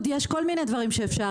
וליועצת המשפטית,